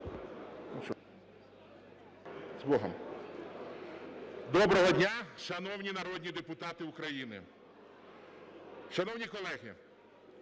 Доброго дня, шановні народні України! Шановні колеги,